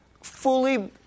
fully